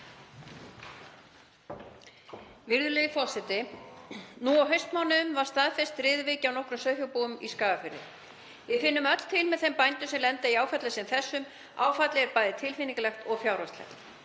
Virðulegi forseti. Nú á haustmánuðum var staðfest riðuveiki á nokkrum sauðfjárbúum í Skagafirði. Við finnum öll til með þeim bændum sem lenda í áföllum sem þessum, áfallið er bæði tilfinningalegt og fjárhagslegt.